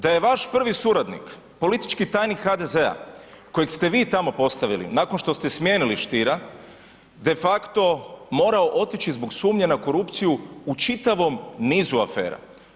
Da je vaš prvi suradnik, politički tajnik HDZ-a kojeg ste vi tamo postavili nakon što ste smijenili Stiera de facto morao otići zbog sumnje na korupciju u čitavom nizu afera.